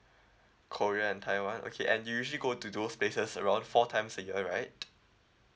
korea and taiwan okay and you usually go to those places around four times a year right